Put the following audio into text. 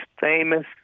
famous